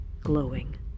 glowing